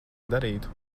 darītu